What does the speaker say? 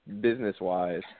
business-wise